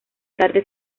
tarde